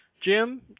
Jim